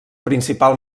principal